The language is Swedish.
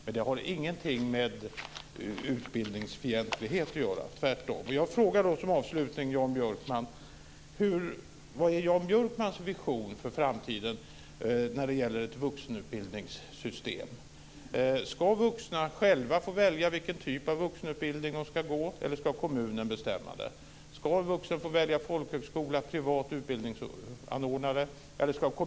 Men det har ingenting med utbildningsfientlighet att göra, tvärtom.